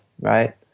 right